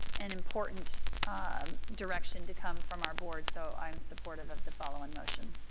and important um direction to come from our board. so i am supportive of the following motion.